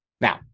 Now